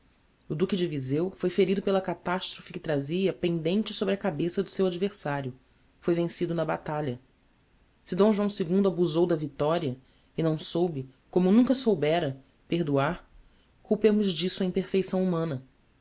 o duque de vizeu foi ferido pela catastrophe que trazia pendente sobre a cabeça do seu adversario foi vencido na batalha se d joão ii abusou da victoria e não soube como nunca soubera perdoar culpemos d'isso a imperfeição humana